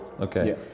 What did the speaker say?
Okay